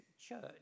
church